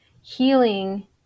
healing